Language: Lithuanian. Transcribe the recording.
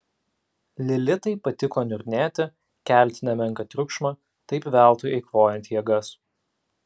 lilitai patiko niurnėti kelti nemenką triukšmą taip veltui eikvojant jėgas